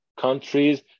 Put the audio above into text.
countries